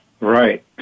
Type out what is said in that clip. Right